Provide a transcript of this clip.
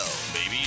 Baby